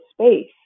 space